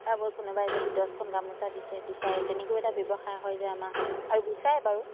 তাৰ উপৰিও কোনোবাই যদি দহখন গামোচা বিচাৰে বিচাৰে তেনেকৈও এটা ব্যৱসায় হয় যোয় আমাৰ আৰু বিচাৰে বাৰু